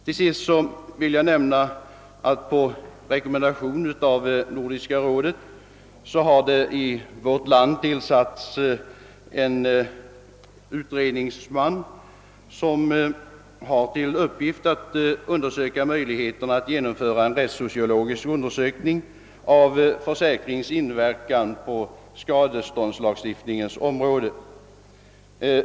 Till sist vill jag nämna att det på rekommendation av Nordiska rådet i vårt land har tillsatts en utredningsman, som har till uppgift att undersöka möjligheterna att genomföra en rättssociologisk undersökning av försäkrings inverkan på skadeståndslagstiftningens område.